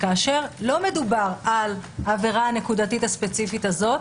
כאשר לא מדובר על העבירה הנקודתית הספציפית הזאת